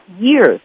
years